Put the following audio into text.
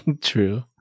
True